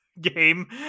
game